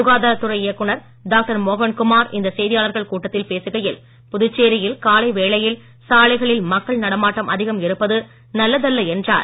சுகாதாரத்துறை இயக்கநர் டாக்டர் மோகன் குமார் இந்த செய்தியாளர்கள் கூட்டத்தில் பேசுகையில் புதுச்சேரியில் காலை வேளையில் சாலைகளில் மக்கள் நடமாட்டம் அதிகம் இருப்பது நல்லதல்ல என்றார்